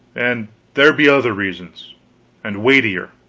and there be other reasons and weightier.